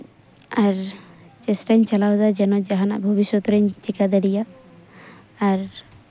ᱟᱨ ᱪᱮᱥᱴᱟᱧ ᱪᱟᱞᱟᱣᱫᱟ ᱡᱮᱱᱚ ᱡᱟᱛᱮ ᱡᱟᱦᱟᱱᱟᱜ ᱵᱷᱚᱵᱤᱥᱥᱚᱛ ᱨᱤᱧ ᱪᱤᱠᱟᱹ ᱫᱟᱲᱮᱭᱟᱜ ᱟᱨ